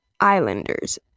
Islanders